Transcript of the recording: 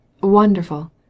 Wonderful